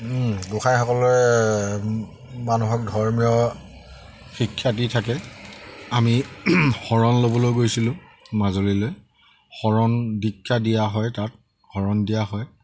গোসাঁইসকলে মানুহক ধৰ্মীয় শিক্ষা দি থাকে আমি শৰণ ল'বলৈ গৈছিলোঁ মাজুলীলৈ শৰণ দীক্ষা দিয়া হয় তাত শৰণ দিয়া হয়